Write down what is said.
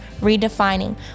redefining